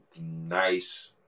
nice